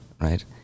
right